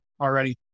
already